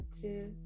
two